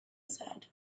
said